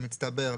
במצטבר,